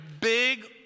big